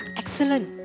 excellent